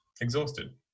exhausted